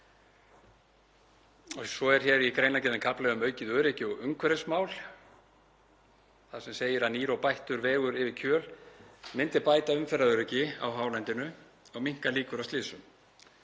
Svo er í greinargerðinni kafli um aukið öryggi og umhverfismál þar sem segir að nýr og bættur vegur yfir Kjöl myndi bæta umferðaröryggi á hálendinu og minnka líkur á slysum.